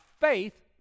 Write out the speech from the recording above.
faith